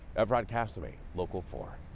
evrod cassimy, local four.